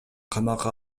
камакка